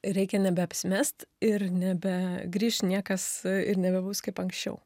reikia nebeapsimest ir nebegrįš niekas ir nebebus kaip anksčiau